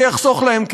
לא נותנים מענה.